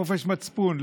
חופש מצפון,